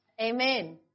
Amen